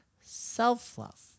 Self-love